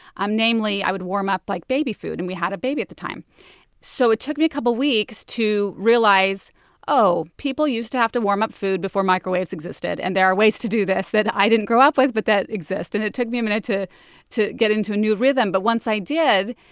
um namely, i would warm up like baby food and we had a baby at the time so it took me a couple of weeks to realize people used to have to warm up food before microwaves existed. and there are ways to do this that i didn't grow up with but that exist. and it took me a minute to to get into a new rhythm, but once i did,